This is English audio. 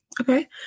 okay